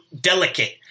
delicate